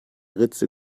ritze